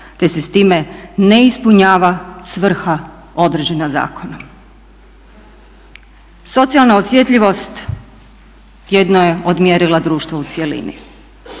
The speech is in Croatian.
te se s time ne ispunjava svrha određena zakonom. Socijalna osjetljivost jedno je od mjerila društva u cjelini,